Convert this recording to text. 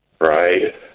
right